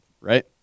right